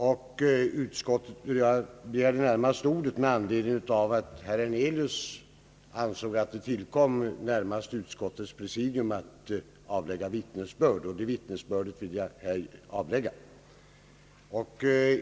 Jag begärde närmast ordet med anledning av att herr Hernelius ansåg att det närmast tillkom utskottets presidium att avlägga detta vittnesbörd, och det vittnesbördet vill jag härmed ha avlagt.